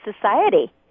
society